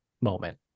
moment